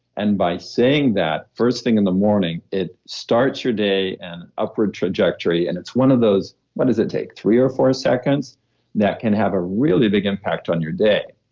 and by saying that first thing in the morning, it starts your day in an upward trajectory, and it's one of those, what does it take? three or four seconds that can have a really big impact on your day.